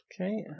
Okay